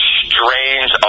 strange